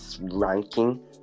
ranking